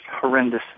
horrendous